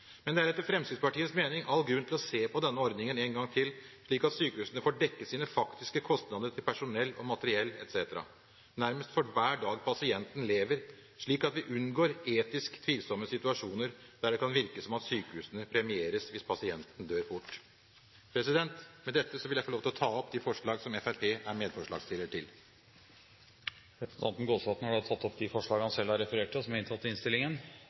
Men etter Fremskrittspartiets mening er det all grunn til å se på denne ordningen én gang til, slik at sykehusene får dekket sine faktiske kostnader til personell, materiell etc. nærmest for hver dag pasienten lever, slik at vi unngår etisk tvilsomme situasjoner, der det kan virke som om sykehusene premieres hvis pasienten dør fort. Med dette vil jeg ta opp de forslag som Fremskrittspartiet er medforslagsstiller til. Representanten Jon Jæger Gåsvatn har tatt opp de forslag han refererte til. Som saksordføreren innledet med, er det bred enighet i